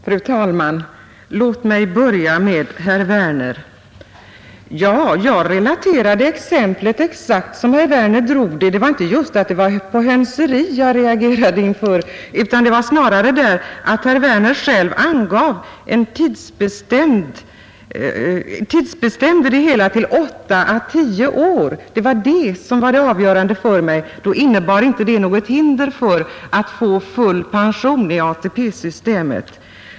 Fru talman! Låt mig börja med herr Werner i Malmö. Ja, jag relaterade exemplet exakt som herr Werner tog upp det. Det var inte just att det var ett hönseri som jag reagerade inför utan det var snarare att herr Werner själv tidsbestämde det hela till åtta å tio år som var det avgörande för mig. Det innebar att det inte fanns något hinder för att få full pension i ATP-systemet.